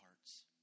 hearts